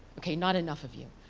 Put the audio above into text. okay not enough of you.